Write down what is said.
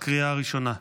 לקריאה הראשונה.